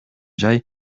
жай